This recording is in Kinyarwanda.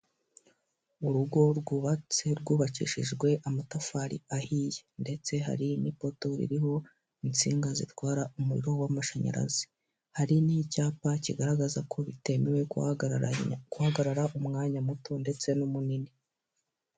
Urugo rwubatse rwubakishijwe amatafari ahiye. Ndetse hari n'ipoto ririho insinga zitwara umuriro w'amashanyarazi. hari n'icyapa kigaragaza ko bitemewe guhagarara umwanya muto ndetse n'umunini.